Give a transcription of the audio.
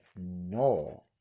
no